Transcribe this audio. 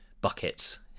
buckets